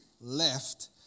left